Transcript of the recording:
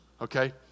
okay